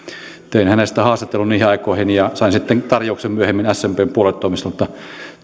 tein hänestä haastattelun niihin aikoihin ja sain sitten tarjouksen myöhemmin smpn puoluetoimistolta